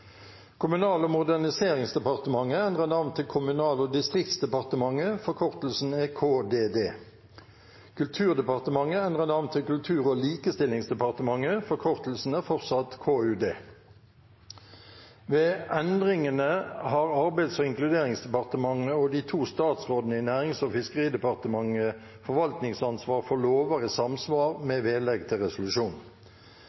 Kommunal- og moderniseringsdepartementet endrer navn til Kommunal- og distriktsdepartementet. Forkortelsen er KDD. Kulturdepartementet endrer navn til Kultur- og likestillingsdepartementet. Forkortelsen er fortsatt KUD. Ved endringene har Arbeids- og inkluderingsdepartementet og de to statsrådene i Nærings- og fiskeridepartementet forvaltningsansvar for lover i samsvar